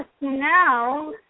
now